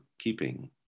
keeping